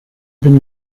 been